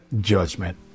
judgment